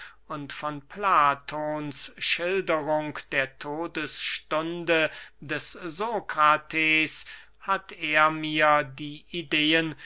und von platons schilderung der todesstunde des sokrates hat er mir die ideen